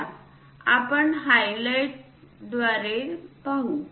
चला आपण हायलाईट द्वारे पाहू